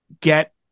get